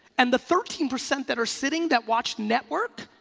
and the thirteen percent that are sitting that watch network,